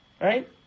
Right